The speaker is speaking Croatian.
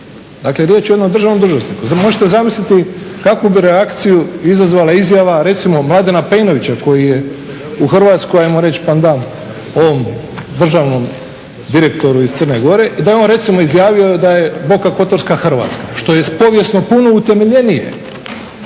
Dakle, riječ je o jednom državnom dužnosniku. Možete zamisliti kakvu bi reakciju izazvala izjava recimo Mladena Pejnovića koji je u Hrvatskoj ajmo reći …/Govornik se ne razumije./… ovom državnom direktoru iz Crne Gore i da je on recimo izjavio da je Boka Kotarska Hrvatska što je povijesno puno utemeljenije